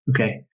Okay